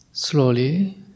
Slowly